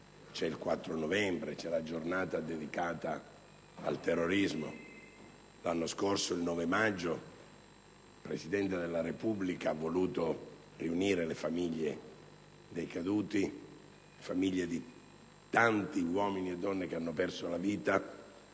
C'è il 4 novembre, c'è la giornata dedicata al terrorismo. L'anno scorso, il 9 maggio, il Presidente della Repubblica ha voluto riunire le famiglie dei caduti, le famiglie di tanti uomini e donne che hanno perso la vita,